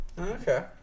Okay